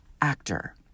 actor